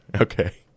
okay